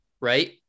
right